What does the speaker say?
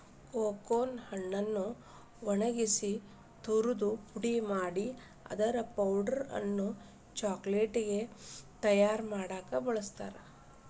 cocoa ಹಣ್ಣನ್ನ ಒಣಗಿಸಿ ತುರದು ಪುಡಿ ಮಾಡಿ ಅದರ ಪೌಡರ್ ಅನ್ನ ಚಾಕೊಲೇಟ್ ತಯಾರ್ ಮಾಡಾಕ ಬಳಸ್ತಾರ